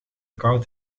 koud